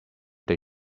they